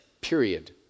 Period